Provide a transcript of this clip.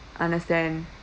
understand